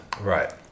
Right